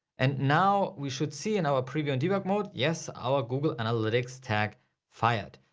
and now we should see in our preview and debug mode. yes, our google analytics tag fired.